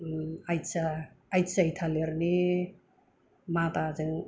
आइथिया आइथिया थालिरनि मादाजों